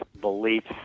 beliefs